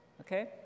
Okay